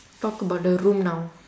talk about the room now